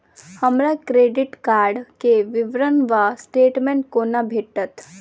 हमरा credit card केँ विवरण वा स्टेटमेंट कोना भेटत?